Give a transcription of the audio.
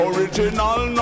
Original